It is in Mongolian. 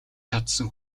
чадсан